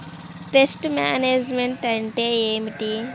Pest management అంటే ఏమిటి?